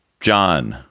john,